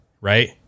right